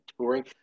touring